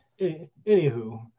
anywho